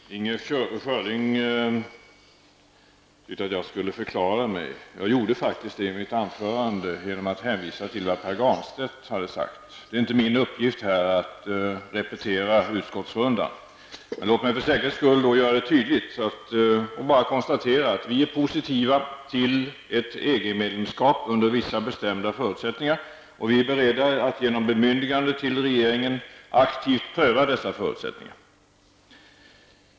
Herr talman! Inger Schörling tyckte att jag skulle förklara mig. Jag gjorde faktiskt det i mitt huvudanförande genom att hänvisa till vad Pär Granstedt hade sagt. Det är inte min uppgift att repetera utskottsrundan. Men låt mig då för säkerhets skull göra det tydligt. Jag bara konstaterar att vi är positiva till ett EG medlemskap, under vissa bestämda förutsättningar, och vi är beredda att genom bemyndigande till regeringen aktivt pröva dessa förutsättningar.